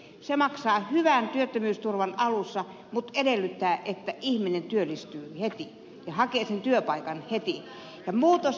se maksaa hyvän työttömyysturvan alussa mutta edellyttää että ihminen työllistyy heti ja hakee sen työpaikan heti